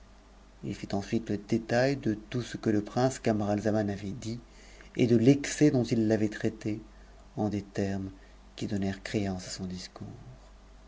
ii fit ensuite le détail de tout ce que le me camaralzaman avait dit et de l'excès dont il l'avait traité en des enaes qui donnèrent créance à son discours